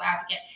advocate